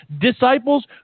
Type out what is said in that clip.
disciples